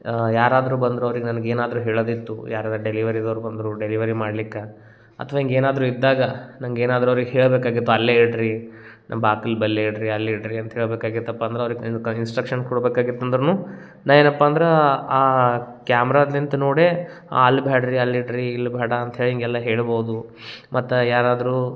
ಯಾರಾದರೂ ಬಂದರೂ ಅವ್ರಿಗ ನನ್ಗ ಏನಾದರು ಹೇಳದಿತ್ತು ಯಾರರ ಡೆಲಿವರಿದೋರು ಬಂದರೂ ಡೆಲಿವರಿ ಮಾಡ್ಲಿಕ್ಕೆ ಅಥ್ವಾ ಹಿಂಗ ಏನಾದರು ಇದ್ದಾಗ ನಂಗ ಏನಾದರು ಅವ್ರಿಗ ಹೇಳಬೇಕಾಗಿತ್ತು ಅಲ್ಲೇ ಇಡ್ರಿ ನಮ್ಮ ಬಾಗಿಲ್ ಬಲ್ ಇಡ್ರಿ ಅಲ್ಲಿ ಇಡ್ರಿ ಅಂತ ಹೇಳಬೇಕಾಗಿತ್ತಪ್ಪ ಅಂದ್ರ ಅವ್ರಿಗ ಇನ್ಕ ಇನ್ಸ್ಟ್ರಕ್ಷನ್ ಕೊಡ್ಬೇಕಾಗಿತ್ತು ಅಂದರೂನು ನಾ ಏನಪ್ಪ ಅಂದ್ರಾ ಆ ಕ್ಯಾಮ್ರಾಲಿಂತ ನೋಡೇ ಆ ಅಲ್ಲಿ ಭ್ಯಾಡ್ರಿ ಅಲ್ಲಿ ಇಡ್ರಿ ಇಲ್ಲಿ ಬ್ಯಾಡ ಅಂತ್ಹೇಳಿ ಹೀಗೆಲ್ಲ ಹೇಳ್ಬೋದು ಮತ್ತೆ ಯಾರಾದರೂ